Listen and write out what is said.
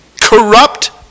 corrupt